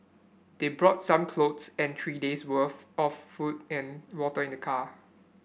they brought some clothes and three days worth of food and water in the car